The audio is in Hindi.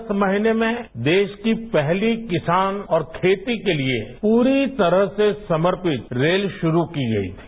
अगस्त महीने में देश की पहली किसान और खेती के लिए पूरी तरह से समर्पित रेल शुरू की गई थी